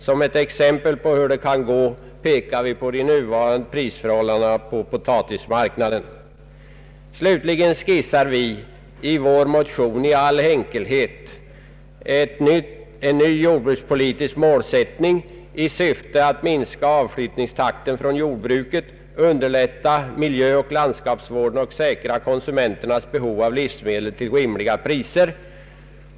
Som ett exempel på hur det kan gå framhåller vi de nuvarande prisförhållandena på potatismarknaden. Slutligen skisserar vi i vår motion i all enkelhet upp en ny jordbrukspolitisk målsättning i syfte att minska avflyttningstakten från jordbruket, underlätta miljöoch landskapsvården och säkra konsumenternas behov av livsmedel till rimliga priser.